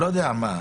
לא יודע מה.